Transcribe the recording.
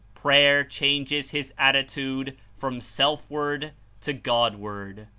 prayer changes his attitude from self-ward to god-ward.